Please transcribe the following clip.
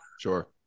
Sure